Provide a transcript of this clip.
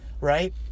right